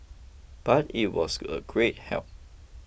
but it was a great help